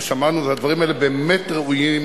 הדברים האלה באמת ראויים